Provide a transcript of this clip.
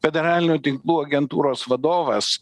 federalinių tinklų agentūros vadovas